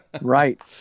Right